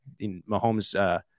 Mahomes